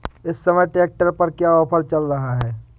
इस समय ट्रैक्टर पर क्या ऑफर चल रहा है?